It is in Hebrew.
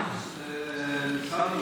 אנחנו במשרד הבריאות,